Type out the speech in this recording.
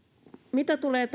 mitä tulee